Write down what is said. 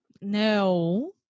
No